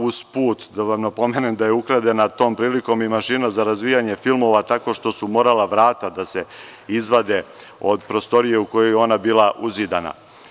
Uz put da vam napomenem da je tom prilikom ukradena i mašina za razvijanje filmova, tako što su morala vrata da se izvade od prostorije u kojoj je ona bila uzidana.